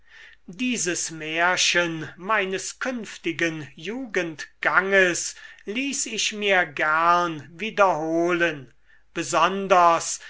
dieses märchen meines künftigen jugendganges ließ ich mir gern wiederholen besonders